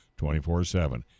24-7